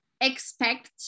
expect